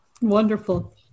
wonderful